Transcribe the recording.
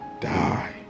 die